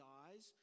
eyes